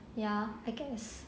ya I guess